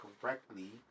correctly